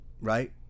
right